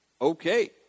Okay